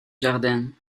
jardins